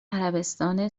عربستان